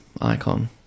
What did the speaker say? icon